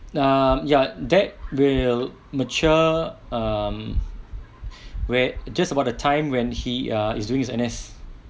ah ya that will mature um where just about the time when he ah is doing his N_S